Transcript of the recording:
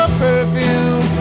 perfume